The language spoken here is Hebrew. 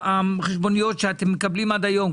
מהחשבוניות שאתם מקבלים עד היום,